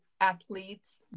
athletes